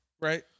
right